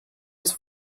his